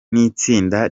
n’itsinda